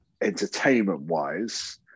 entertainment-wise